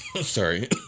sorry